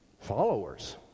followers